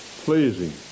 pleasing